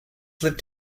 lived